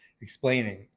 explaining